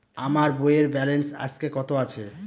আমার বইয়ের ব্যালেন্স আজকে কত আছে?